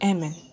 Amen